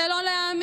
זה לא להאמין.